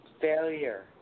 failure